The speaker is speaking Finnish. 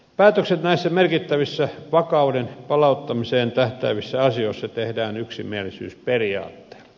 päätökset näissä merkittävissä vakauden palauttamiseen tähtäävissä asioissa tehdään yksimielisyysperiaatteella